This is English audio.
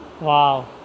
wow